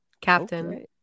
Captain